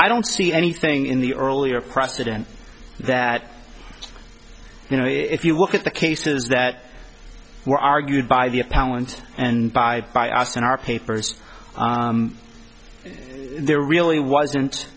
i don't see anything in the earlier president that you know if you look at the cases that were argued by the appellant and by by us in our papers there really wasn't